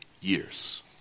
years